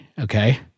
okay